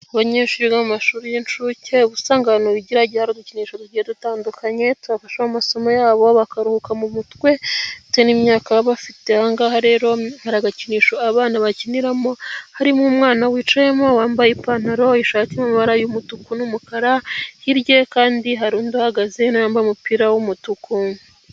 Abanyeshuri biga mu mashuri y'incuke ubusanga abantu bigira hari udukinisho tugiye udutandukanye tubafashaho amasomo yabo bakaruhuka mu mutwe bitewe n'imyaka baba bafite. Ahangaha rero haragakinisho abana bakiniramo harimo umwana wicayemo wambaye ipantaro, ishati irimo amabara y'umutuku n'umukara, hirya ye kandi hari undi uhagaze wambaye umupira w'umutuku.